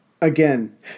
Again